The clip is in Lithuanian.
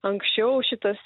anksčiau šitas